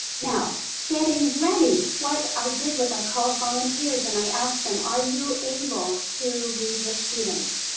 now getting ready, what i did was i called volunteers and i asked them are you able to read with students?